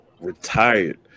retired